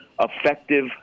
effective